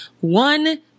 one